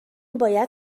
باید